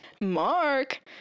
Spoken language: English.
Mark